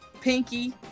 Pinky